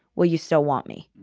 will you still want me?